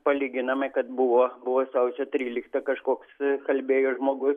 palyginami kad buvo sausio trylikta kažkoks kalbėjo žmogus